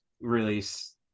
release